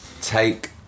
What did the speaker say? take